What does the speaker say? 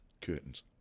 Curtains